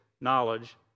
knowledge